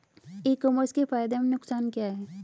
ई commerce के फायदे एवं नुकसान क्या हैं?